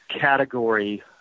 category